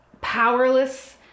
powerless